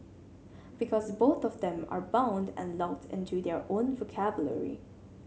because both of them are bound and locked into their own vocabulary